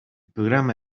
programma